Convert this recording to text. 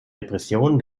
repressionen